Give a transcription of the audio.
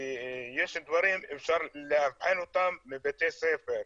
יש דברים שאפשר לאבחן אותם מבתי הספר.